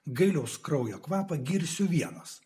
gailiaus kraujo kvapą girsiu vienas